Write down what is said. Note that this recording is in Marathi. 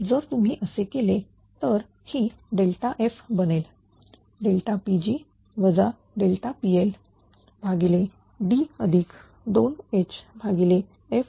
जर तुम्ही असे केले तर ही Δf बनेल Pg PLD2Hf0sअशाप्रकारे येईल